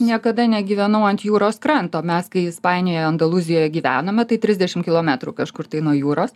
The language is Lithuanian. niekada negyvenau ant jūros kranto mes kai ispanijoje andalūzijoje gyvenome tai trisdešimt kilometrų kažkur tai nuo jūros